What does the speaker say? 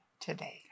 today